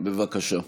בבקשה.